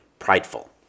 prideful